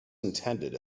intended